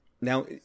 Now